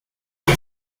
que